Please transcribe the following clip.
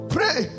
Pray